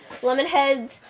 lemonheads